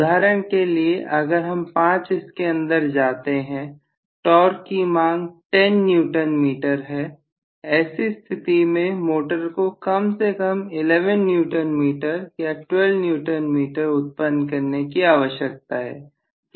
उदाहरण के लिए अगर हम पांच इसके अंदर जाते हैं टॉर्क की मांग 10 Nm है ऐसी स्थिति में मोटर को कम से कम 11 Nm या 12 Nm उत्पन्न करने की आवश्यकता है